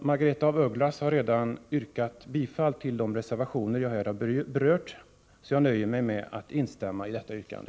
Margaretha af Ugglas har redan yrkat bifall till de reservationer som jag här har berört, så jag nöjer mig med att instämma i detta yrkande.